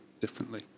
differently